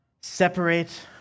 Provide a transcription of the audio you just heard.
Separate